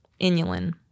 Inulin